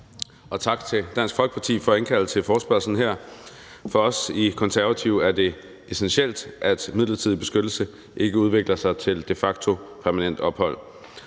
og tak til Dansk Folkeparti for at indkalde til forespørgslen her. For os i Konservative er det essentielt, at midlertidig beskyttelse ikke udvikler sig til de facto permanent ophold,